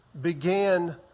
Began